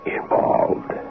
involved